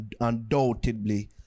undoubtedly